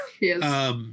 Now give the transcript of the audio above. Yes